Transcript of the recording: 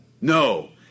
No